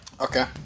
Okay